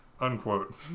Unquote